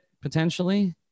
Potentially